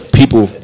people